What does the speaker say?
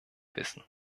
wissen